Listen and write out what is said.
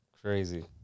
crazy